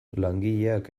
langileak